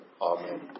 Amen